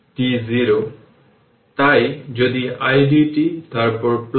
অতএব যদি এটি 12 c হবে এটি 12 c v 2 r হবে তা বোধগম্য